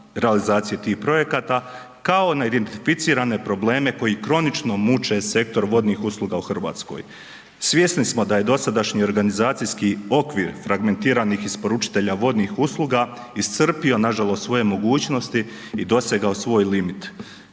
realizacije tih projekata kao na identificirane probleme koji kronično muče sektor vodnih usluga u Hrvatskoj. Svjesni smo da je dosadašnji organizacijski okvir fragmentiranih isporučitelja vodnih usluga iscrpio nažalost svoje mogućnosti i dosegao svoj limit.